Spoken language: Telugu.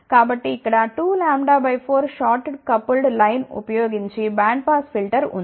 కాబట్టి ఇక్కడ 2 λ 4 షార్ట్డ్ కపుల్డ్ లైన్ ఉపయోగించి బ్యాండ్ పాస్ ఫిల్టర్ ఉంది